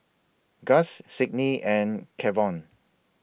Gus Sidney and Kevon